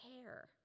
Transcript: care